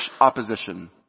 opposition